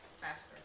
Faster